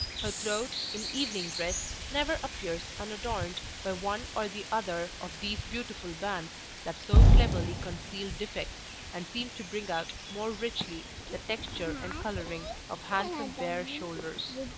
her throat, in evening dress, never appears unadorned by one or the other of these beautiful bands that so cleverly conceal defects and seem to bring out more richly the texture and coloring of handsome bare shoulders.